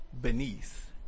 beneath